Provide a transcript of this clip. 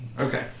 Okay